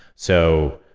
so,